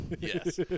Yes